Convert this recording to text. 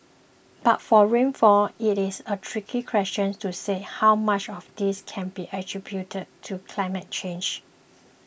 but for rainfall it is a tricky question to say how much of this can be attributed to climate change